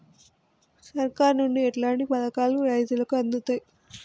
సర్కారు నుండి ఎట్లాంటి పథకాలు రైతులకి అందుతయ్?